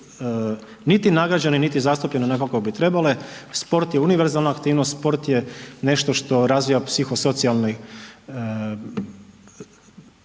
niti nagrađene, niti zastupljene onako kako bi trebale, spor je univerzalan aktivnost, sport je nešto što razvija psihosocijalno